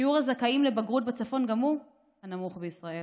שיעור הזכאים לבגרות בצפון גם הוא הנמוך בישראל,